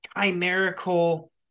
chimerical